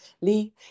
Lee